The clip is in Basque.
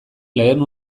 lehen